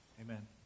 Amen